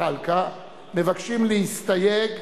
החלופין לא נתקבל.